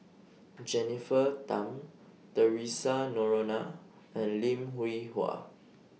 Jennifer Tham Theresa Noronha and Lim Hwee Hua